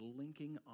linking